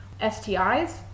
STIs